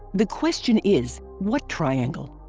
the question is what triangle?